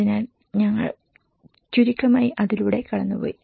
അതിനാൽ ഞങ്ങൾ ചുരുക്കമായി അതിലൂടെ കടന്നുപോയി